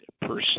percent